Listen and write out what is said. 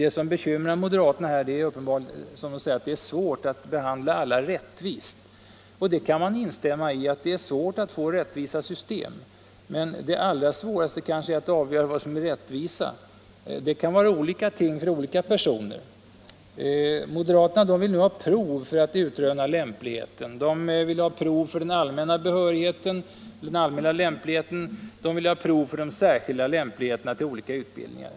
Det som bekymrar moderaterna är uppenbarligen att det är så svårt att behandla alla rättvist. Det kan man ju instämma i. Det är svårt att få rättvisa system. Men det allra svåraste är kanske att avgöra vad som är rättvisa. Det kan vara olika för olika personer. Moderaterna vill ha prov för att utröna lämp ligheten. De vill ha prov för den allmänna behörigheten och de vill ha prov för de särskilda lämpligheterna till olika utbildningar.